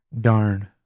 Darn